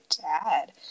dad